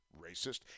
racist